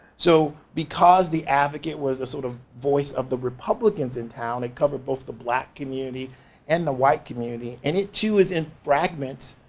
so because the advocate was the sort of voice of the republicans in town they and covered both the black community and the white community. and it too is in fragments,